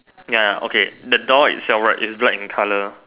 ya okay the door itself right is black in colour